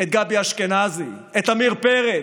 את גבי אשכנזי, את עמיר פרץ: